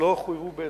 לא חויבו בהיטל,